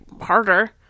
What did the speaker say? harder